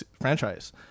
franchise